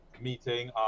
meeting